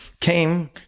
Came